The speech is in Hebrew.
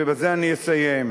ובזה אני אסיים,